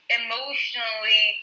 emotionally